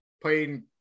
Playing